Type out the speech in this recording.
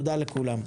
תודה לכולם.